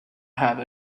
have